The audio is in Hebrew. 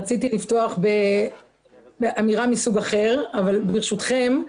רציתי לפתוח באמירה מסוג אחר אבל ברשותכם,